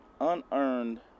unearned